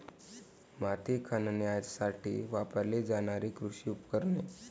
माती खणण्यासाठी वापरली जाणारी कृषी उपकरणे